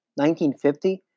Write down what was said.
1950